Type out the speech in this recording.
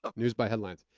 ah used by headlines.